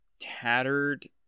Tattered